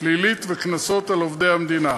פלילית וקנסות על עובדי המדינה.